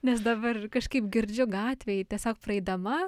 nes dabar kažkaip girdžiu gatvėj tiesiog praeidama